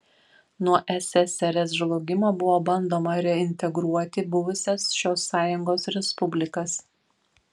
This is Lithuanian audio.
nuo ssrs žlugimo buvo bandoma reintegruoti buvusias šios sąjungos respublikas